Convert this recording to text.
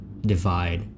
divide